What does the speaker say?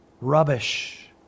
rubbish